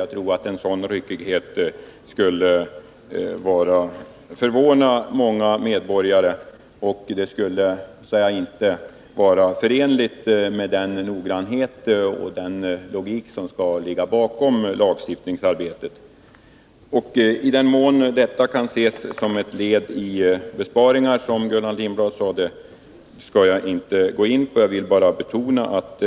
Jag tror att en sådan ryckighet skulle förvåna många medborgare och så att säga inte vara förenlig med den noggrannhet och logik som skall ligga bakom lagstiftningsarbetet. I vilken mån detta kan ses som ett led i besparingsarbetet, som Gullan Lindblad sade, skall jag inte gå in på. Jag vill bara betona att